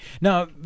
Now